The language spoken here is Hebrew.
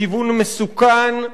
בכיוון מסוכן,